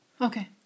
okay